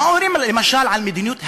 מה אומרים, למשל, על מדיניות הייהוד?